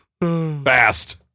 fast